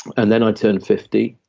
and then i turned fifty,